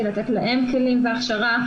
לתת להם כלים והכשרה,